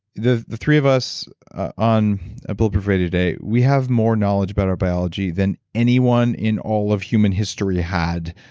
the the three of us on a bulletproof radio day, we have more knowledge about our biology than anyone in all of human history had,